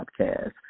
podcast